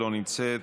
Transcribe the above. לא נמצאת.